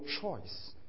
choice